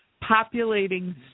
populating